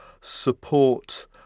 support